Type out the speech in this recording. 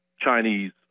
chinese